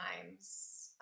times